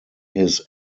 his